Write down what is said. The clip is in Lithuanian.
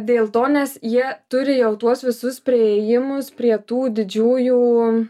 dėl to nes jie turi jau tuos visus priėjimus prie tų didžiųjų